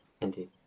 Indeed